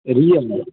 real mi